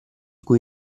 cui